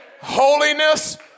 holiness